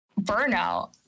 burnout